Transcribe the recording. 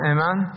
Amen